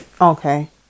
Okay